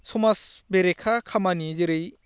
समाज बेरेखा खामानि जेरै